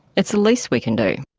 it's the least we can do.